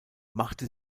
machte